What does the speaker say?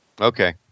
Okay